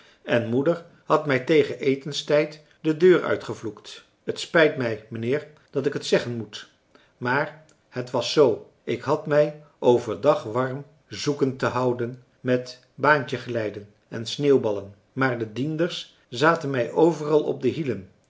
en moeder had mij tegen etenstijd de deur uit gevloekt het spijt mij mijnheer dat ik het zeggen moet maar het was zoo ik had mij over dag warm zoeken te houden met baantjeglijden en sneeuwballen françois haverschmidt familie en kennissen maar de dienders zaten mij overal op de hielen